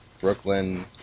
Brooklyn